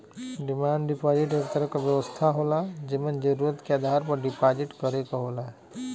demand deposit एक तरह क व्यवस्था होला जेमन जरुरत के आधार पर डिपाजिट करे क होला